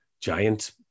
giant